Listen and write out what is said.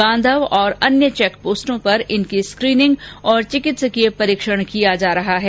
गांधव और अन्य चेक पोस्टों पर इनकी स्कीनिंग और चिकित्सकीय परीक्षण किया जा रहा है